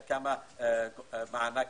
כמה מענק